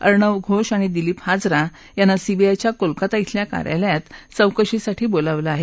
अर्णब घोष आणि दिलीप हाजरा यांना सीबीआयच्या कोलकाता ब्रिल्या कार्यालयात चौकशीसाठी बोलावलं आहे